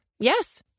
Yes